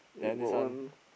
eh got one